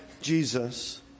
Jesus